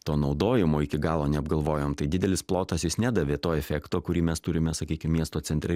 to naudojimo iki galo neapgalvojom tai didelis plotas jis nedavė to efekto kurį mes turime sakykim miesto centre